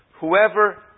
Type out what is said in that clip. Whoever